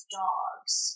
dogs